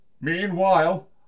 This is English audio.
Meanwhile